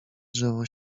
drzewo